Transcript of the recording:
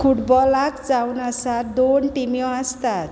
फुटबॉलाक जावन आसा दोन टिम्यो आसतात